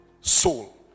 soul